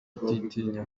kutitinya